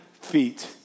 feet